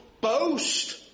boast